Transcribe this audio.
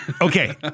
Okay